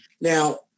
Now